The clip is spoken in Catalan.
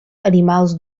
animals